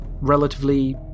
relatively